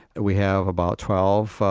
we have about twelve